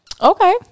okay